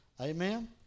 Amen